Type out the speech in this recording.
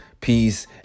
peace